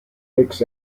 mix